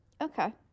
okay